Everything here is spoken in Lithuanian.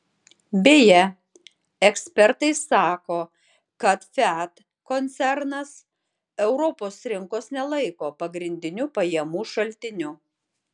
beje ekspertai sako kad fiat koncernas europos rinkos nelaiko pagrindiniu pajamų šaltiniu